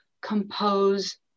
compose